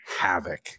havoc